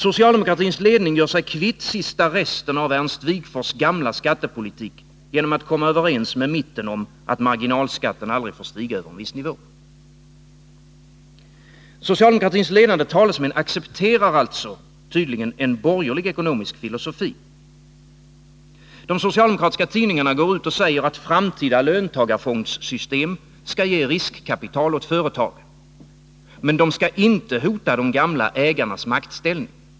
Socialdemokratins ledning gör sig kvitt sista resten av Ernst Wigforss gamla skattepolitik genom att komma överens med mitten om att marginalskatten aldrig får stiga över en viss nivå. Socialdemokratins ledande talesmän accepterar alltså en borgerlig ekonomisk filosofi. De socialdemokratiska tidningarna går ut och säger att framtida löntagarfondssystem skall ge riskkapital åt företagen. Men de skall inte hota de gamla ägarnas maktställning.